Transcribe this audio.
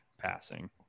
passing